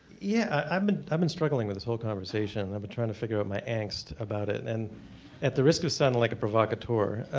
yeah i've been i've been struggling with this whole conversation and i've been trying to figure out my angst about it. and at the risk of sounding like a provocateur,